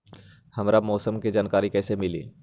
हमरा मौसम के जानकारी कैसी मिली?